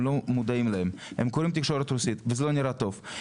הם קוראים תקשורת רוסית וזה לא נראה טוב.